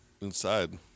inside